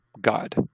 God